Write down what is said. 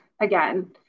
again